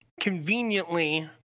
conveniently